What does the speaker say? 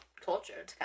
culture